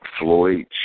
Floyd